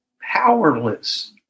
powerless